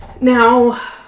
Now